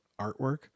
artwork